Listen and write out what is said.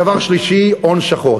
דבר שלישי, הון שחור.